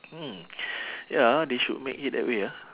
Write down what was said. mm ya they should make it that way ah